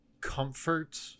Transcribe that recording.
comfort